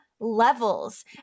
levels